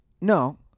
no